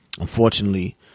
unfortunately